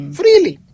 freely